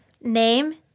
Name